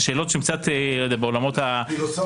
זה שאלות שהן קצת בעולמות הפילוסופיה,